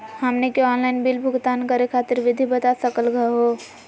हमनी के online bill भुगतान करे खातीर विधि बता सकलघ हो?